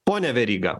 pone veryga